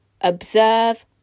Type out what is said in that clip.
observe